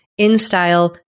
Instyle